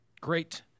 great